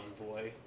envoy